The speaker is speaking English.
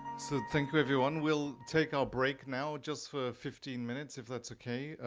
so thank you, everyone. we'll take our break now just for fifteen minutes, if that's okay,